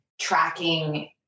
tracking